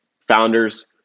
founders